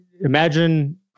Imagine